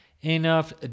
enough